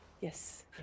Yes